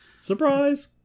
Surprise